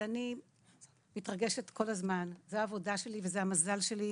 אני מתרגשת כל הזמן זו העבודה שלי וזה המזל שלי,